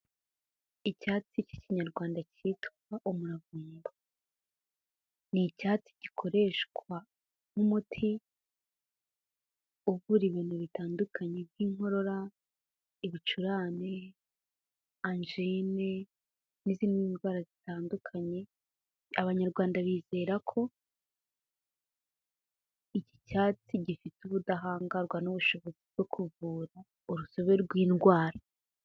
Icyatsi cy'Ikinyarwanda cyitwa umuravumba, ni icyatsi gikoreshwa nk'umuti uvura ibintu bitandukanye nk'inkorora, ibicurane, angine n'izindi ndwara zitandukanye. Abanyarwanda bizera ko iki cyatsi gifite ubudahangarwa n'ubushobozi bwo kuvura urusobe rw'indwara.